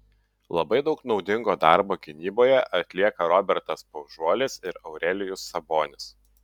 labai daug naudingo darbo gynyboje atlieka robertas paužuolis ir aurelijus sabonis